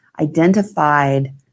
identified